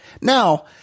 Now